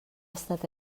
estat